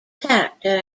character